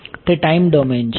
તે time domain છે